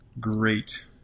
Great